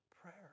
prayer